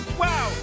wow